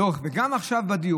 גם עכשיו בדיון,